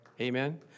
Amen